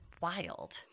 wild